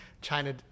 China